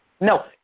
No